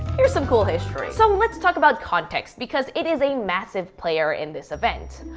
here's some cool history. so let's talk about context because it is a massive player in this event.